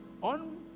on